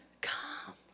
come